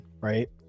right